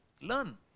learn